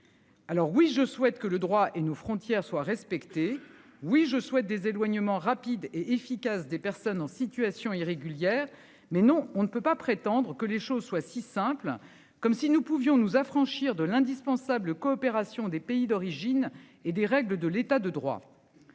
Alors oui, je souhaite que le droit et nos frontières soient respectés. Oui, je souhaite des éloignements rapide et efficace des personnes en situation irrégulière. Mais non, on ne peut pas prétendre que les choses soient si simples comme si nous pouvions nous affranchir de l'indispensable coopération des pays d'origine et des règles de l'état de droit.